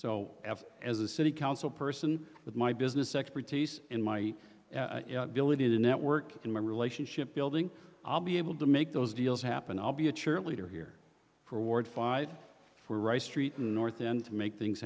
so as a city council person with my business expertise in my ability to network and my relationship building i'll be able to make those deals happen i'll be a cheerleader here for ward five for rice street in north and make things